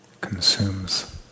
consumes